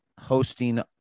hosting